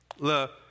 look